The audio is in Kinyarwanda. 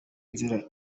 nzira